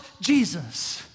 Jesus